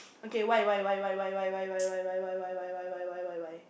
okay why why why why why why why why why why why why